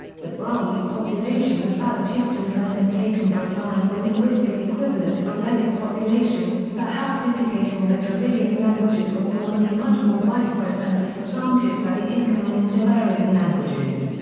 the brahui population of balochistan has been taken by some as the linguistic equivalent of a relict population, perhaps indicating that dravidian languages were formerly much more widespread and were supplanted by the incoming indo-aryan languages.